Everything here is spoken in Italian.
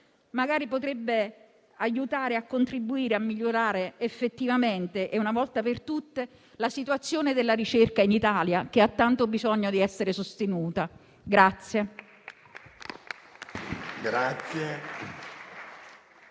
Nobel, possa contribuire a migliorare effettivamente e una volta per tutte la situazione della ricerca in Italia che ha tanto bisogno di essere sostenuta.